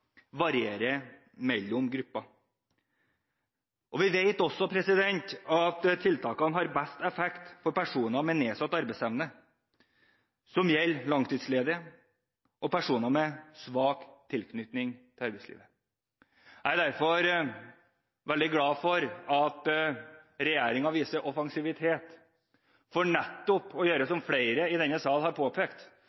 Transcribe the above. varierer mellom grupper, og vi vet også at tiltakene har best effekt for personer med nedsatt arbeidsevne, personer som er langtidsledige, og personer med svak tilknytning til arbeidslivet. Jeg er derfor veldig glad for at regjeringen er offensiv når det gjelder nettopp